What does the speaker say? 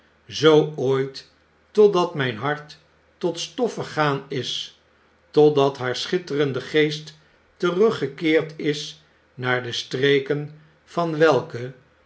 zoo ooit totdat mijn hart tot stof vergaan is totdat haar schitterende geest teruggekeerd is naar de streken van welke